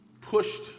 pushed